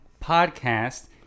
Podcast